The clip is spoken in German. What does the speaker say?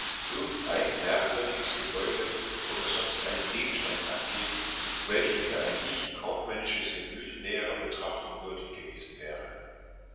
ein merkwürdiges gebäude oder sonst einen gegenstand angeben welcher für ein nicht kaufmännisches gemüt näherer betrachtung würdig gewesen wäre